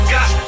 Got